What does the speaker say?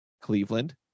Cleveland